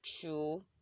true